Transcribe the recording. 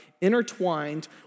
intertwined